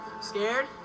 Scared